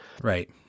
Right